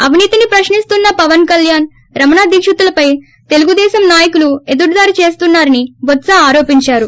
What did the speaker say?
అవినీతిని ప్రశ్నిస్తున్న పవన్ కల్యాణ్ రమణదీక్షితులుపై తెలుగుదేశం నాయకులు ఏదురుదాడి చేస్తున్నా రని బొత్స్ ఆరోపించారు